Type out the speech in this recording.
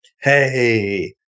hey